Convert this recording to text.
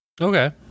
Okay